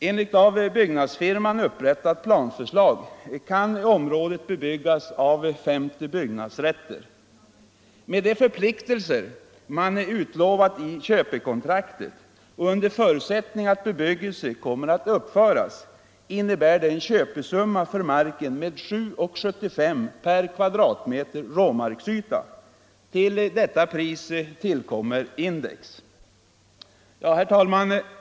Enligt ett av byggnadsfirman upprättat planförslag kan området bebyggas med 50 byggnadsrätter. Med de förpliktelser man utlovat i köpekontraktet och under förutsättning att bebyggelse kommer att uppföras, innebär det en köpesumma för marken av 7:75 kronor per m” råmarksyta. På detta pris tillkommer index. Herr talman!